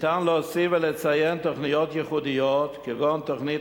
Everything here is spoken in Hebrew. ניתן להוסיף ולציין תוכניות ייחודיות כגון תוכנית